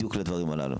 בדיוק לדברים הללו.